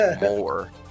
more